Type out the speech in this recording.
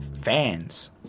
fans